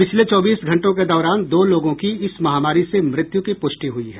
पिछले चौबीस घंटों के दौरान दो लोगों की इस महामारी से मृत्यु की पुष्टि हुई है